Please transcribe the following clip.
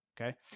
okay